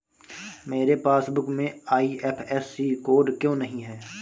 मेरे पासबुक में IFSC code क्यो नहीं है?